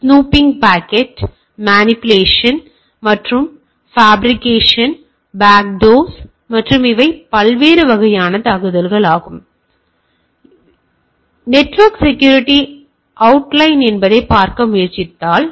snooping packet manipulation மற்றும் publication back doors மற்றும் இவை பல்வேறு வகையான தாக்குதல்கள் எனவே இந்த விஷயத்துடன் எங்கள் நெட்வொர்க் செக்யூரிட்டி அவுட்லைன் என்ன என்பதைப் பார்க்க முயற்சித்தால்